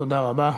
תודה רבה.